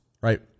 right